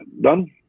done